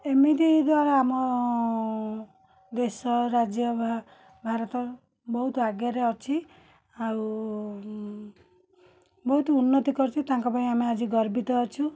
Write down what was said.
ଏମିତି ଏକା ଆମ ଦେଶ ରାଜ୍ୟ ଭା ଭାରତ ବହୁତ ଆଗରେ ଅଛି ଆଉ ବହୁତ ଉନ୍ନତି କରିଛି ତାଙ୍କ ପାଇଁ ଆମେ ଆଜି ଗର୍ବିତ ଅଛୁ